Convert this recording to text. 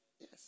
yes